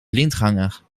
blindganger